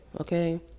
okay